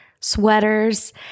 sweaters